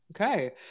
okay